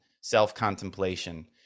self-contemplation